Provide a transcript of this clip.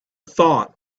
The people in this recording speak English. thought